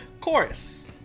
Chorus